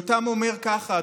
יותם אומר ככה,